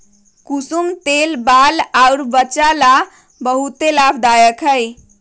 कुसुम तेल बाल अउर वचा ला बहुते लाभदायक हई